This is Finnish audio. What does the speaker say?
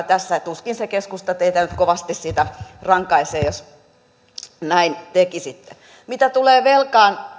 tässä ja tuskin se keskusta teitä nyt kovasti siitä rankaisisi jos näin tekisitte mitä tulee velkaan